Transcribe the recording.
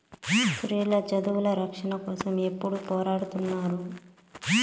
స్త్రీల చదువు రక్షణ కోసం ఎప్పుడూ పోరాడుతున్నారు